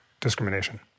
discrimination